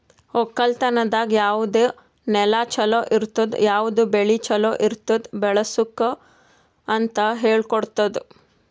ಒಕ್ಕಲತನದಾಗ್ ಯಾವುದ್ ನೆಲ ಛಲೋ ಇರ್ತುದ, ಯಾವುದ್ ಬೆಳಿ ಛಲೋ ಇರ್ತುದ್ ಬೆಳಸುಕ್ ಅಂತ್ ಹೇಳ್ಕೊಡತ್ತುದ್